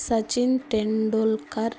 Sachin Tendulkar